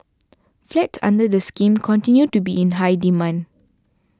flats under the scheme continue to be in high demand